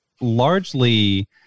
largely